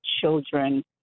children